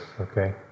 Okay